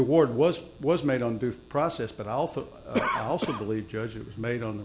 the ward was was made on due process but also i also believe judge it was made on the